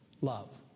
love